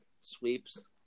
sweeps